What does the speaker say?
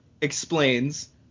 explains